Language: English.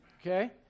Okay